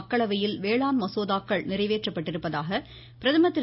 மக்களவையில் வேளாண் மசோதாக்கள் நிறைவேற்றப்பட்டதாக பிரதமர் திரு